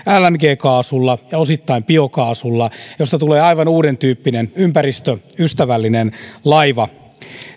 lng kaasulla ja osittain biokaasulla ja josta tulee aivan uuden tyyppinen ympäristöystävällinen laiva